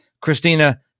Christina